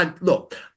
look